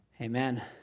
Amen